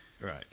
Right